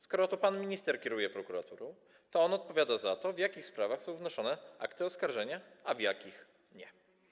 Skoro to pan minister kieruje prokuraturą, to on odpowiada za to, w jakich sprawach są wnoszone akty oskarżenia, a w jakich nie.